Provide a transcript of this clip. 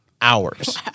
hours